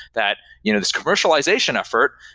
that you know this commercialization effort,